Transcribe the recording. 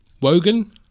Wogan